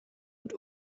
und